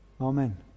Amen